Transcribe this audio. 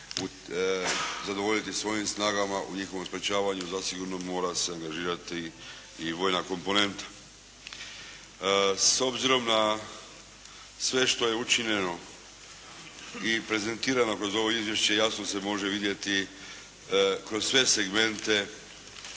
zadovoljiti svojim snagama u njihovom sprečavanju, zasigurno mora se angažirati i vojna komponenta. S obzirom na sve što je učinjeno i prezentirano kroz ovo izvješće jasno se može vidjeti kroz sve segmente